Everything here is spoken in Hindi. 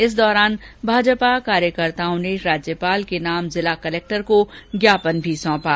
इस दौरान भाजपा कार्यकर्ताओं ने राज्यपाल के नाम जिला कलक्टर को ज्ञापन भी सौंपा